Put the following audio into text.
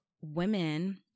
women